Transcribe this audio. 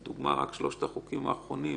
לדוגמה, רק שלושת החוקים האחרונים,